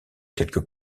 quelques